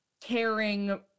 caring